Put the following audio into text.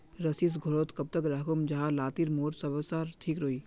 सरिस घोरोत कब तक राखुम जाहा लात्तिर मोर सरोसा ठिक रुई?